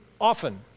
often